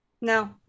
No